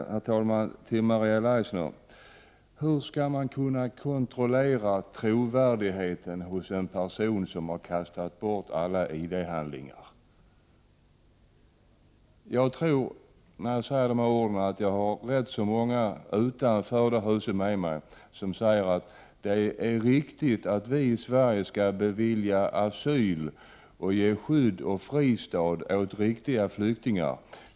Till Maria Leissner: Hur skall man kunna kontrollera trovärdigheten hos en person som har kastat bort alla ID-handlingar? Jag tror att det finns många utanför detta hus som i likhet med mig säger att det är rätt att vi i Sverige skall bevilja asyl och ge skydd och fristad åt riktiga flyktingar.